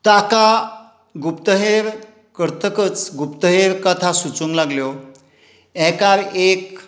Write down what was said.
ताका गुप्तहेर करतकच गुप्तहेर कथा सुचूंक लागल्यो एकार एक